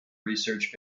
research